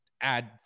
add